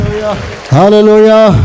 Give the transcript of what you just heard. Hallelujah